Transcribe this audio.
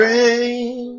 Rain